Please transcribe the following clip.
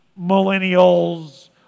millennials